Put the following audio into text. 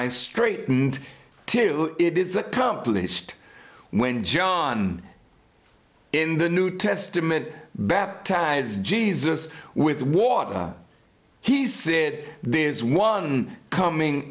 i straightened it is a compilation when john in the new testament baptize jesus with water he said there's one coming